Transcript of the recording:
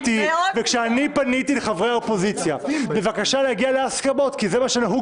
כשאני פניתי לחברי אופוזיציה בבקשה להגיע להסכמות כי זה מה שנהוג